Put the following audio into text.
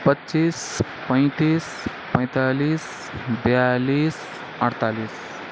पच्चिस पैँतिस पैँतालिस ब्यालिस अठ्चालिस